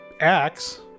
acts